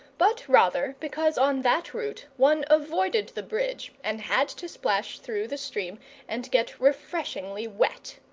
but rather because on that route one avoided the bridge, and had to splash through the stream and get refreshingly wet.